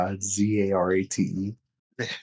Z-A-R-A-T-E